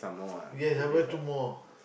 yes I bought two more